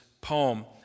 poem